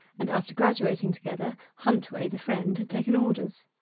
and, after graduating together, huntway, the friend, had taken orders.